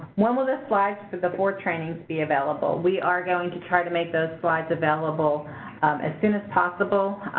when will the slides for the four trainings be available? we are going to try to make those slides available as soon as possible.